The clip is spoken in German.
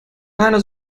keine